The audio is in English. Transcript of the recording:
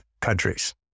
countries